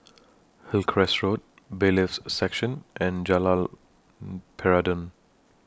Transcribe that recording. Hillcrest Road Bailiffs' Section and Jalan Peradun